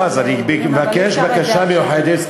אי-אפשר עכשיו, אני מבקש בקשה מיוחדת.